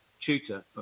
tutor